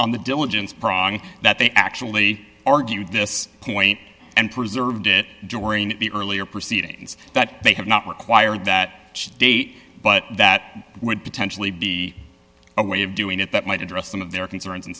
on the diligence process that they actually argued this point and preserved it during the earlier proceedings that they have not required that date but that would potentially be a way of doing that that might address some of their concerns